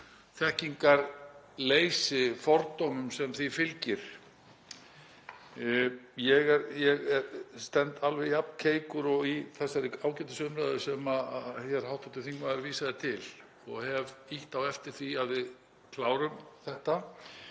þekkingarleysi og fordómum sem því fylgir. Ég stend alveg jafn keikur og í þessari ágætu umræðu sem hv. þingmaður vísaði til og hef ýtt á eftir því að við klárum þetta.